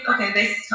okay